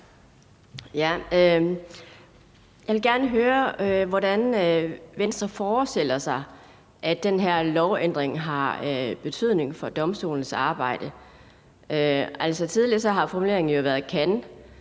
Jeg vil gerne høre, hvordan Venstre forestiller sig at den her lovændring har betydning for domstolenes arbejde. Tidligere har formuleringen jo været »kan«,